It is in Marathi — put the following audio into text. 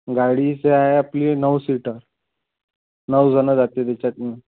गाडीच आहे आपली नऊ सीटर नऊ जण जातील त्याच्यातून